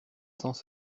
sans